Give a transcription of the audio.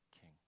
king